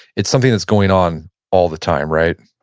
it's something that's going on all the time, right?